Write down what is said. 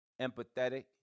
empathetic